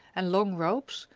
and long robes,